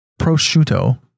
prosciutto